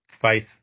faith